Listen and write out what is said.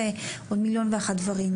ועוד מליון ואחד דברים,